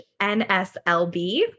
NSLB